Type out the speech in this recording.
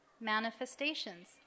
manifestations